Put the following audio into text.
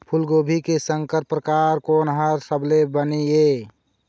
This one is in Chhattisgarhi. फूलगोभी के संकर परकार कोन हर सबले बने ये?